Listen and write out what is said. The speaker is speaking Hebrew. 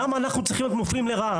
למה אנחנו צריכים להיות המופלים לרעה?